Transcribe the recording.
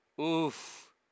Oof